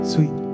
Sweet